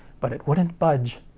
but it wouldn't budge.